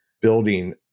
building